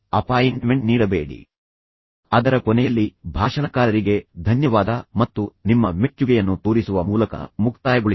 ಆದರೆ ನೀವು ಸ್ವತಂತ್ರರಾಗಿದ್ದರೆ ಅವರಿಗೆ ಸಮಯವನ್ನು ನೀಡಿ ತದನಂತರ ವ್ಯಕ್ತಿಯು ಮಾತನಾಡಲು ಮತ್ತು ಅವರಿಗೆ ಸಾಕಷ್ಟು ಸಮಯವನ್ನು ನೀಡಿ ಅದರ ಕೊನೆಯಲ್ಲಿ ಭಾಷಣಕಾರರಿಗೆ ಧನ್ಯವಾದ ಮತ್ತು ನಿಮ್ಮ ಮೆಚ್ಚುಗೆಯನ್ನು ತೋರಿಸುವ ಮೂಲಕ ಮುಕ್ತಾಯಗೊಳಿಸಿ